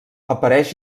apareix